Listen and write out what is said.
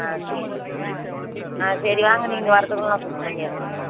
ஆ சரி ஆ சரி வாங்க நீங்கள் வரத்துக்குள்ளே நான் சுத்தம் பண்ணிடுறேன்